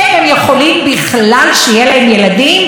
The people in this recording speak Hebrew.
לא רק שלא נותנים להם לאמץ פה בארץ אלא